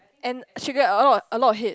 and she get a lot a lot of hate